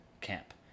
camp